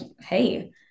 Hey